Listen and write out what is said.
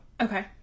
Okay